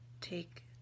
take